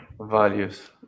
Values